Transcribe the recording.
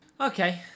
Okay